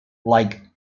like